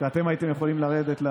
אתם הייתם יכולים לרדת,